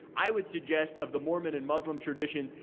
i would suggest, of the mormon and muslim traditions,